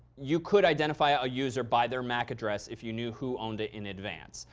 you could identify a user by their mac address if you knew who owned it in advance.